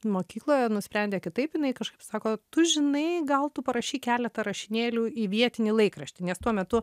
mokykloje nusprendė kitaip jinai kažkaip sako tu žinai gal tu parašyk keletą rašinėlių į vietinį laikraštį nes tuo metu